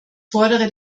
fordere